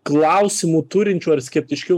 klausimų turinčių ar skeptiškiau